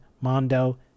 Mondo